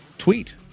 Tweet